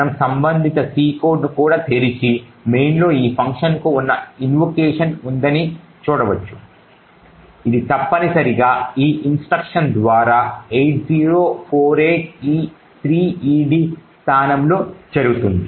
మనము సంబంధిత C కోడ్ను కూడా తెరిచి మెయిన్లో ఈ ఫంక్షన్కు ఒక ఇన్నోకేషన్ ఉందని చూడవచ్చు ఇది తప్పనిసరిగా ఈ ఇన్స్ట్రక్షన్ ద్వారా 80483ED స్థానంలో జరుగుతుంది